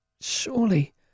Surely